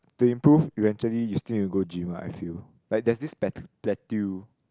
to improve you actually you still need to go gym one I feel like there's this plateau